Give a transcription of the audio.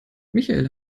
michael